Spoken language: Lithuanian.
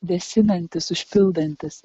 vėsinantis užpildantis